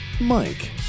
Mike